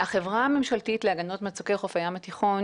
החברה הממשלתית להגנות מצוקי חוף הים התיכון